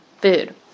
food